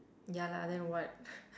ya lah then what